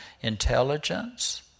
intelligence